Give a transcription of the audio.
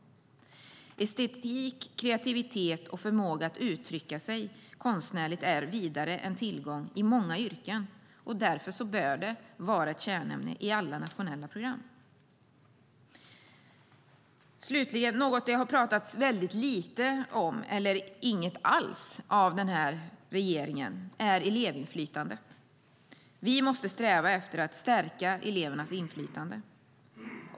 Estetik, kreativitet och förmåga att uttrycka sig konstnärligt är vidare en tillgång i många yrken. Därför bör det vara ett kärnämne i alla nationella program. Något som den här regeringen har pratat väldigt lite eller inget alls om är elevinflytande. Vi måste sträva efter att stärka elevernas inflytande.